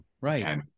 right